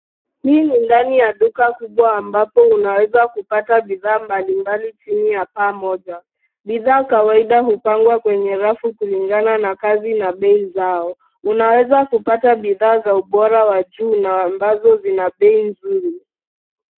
Hii ni ndani ya duka kubwa ambapo unaweza kupata bidhaa mbalimbali chini ya paa moja. Bidhaa kawaida hupangwa kwenye rafu kulingana na kazi na bei zao. Unaweza kupata bidhaa za ubora wa juu na ambazo zina bei nzuri.